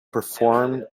performed